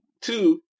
Two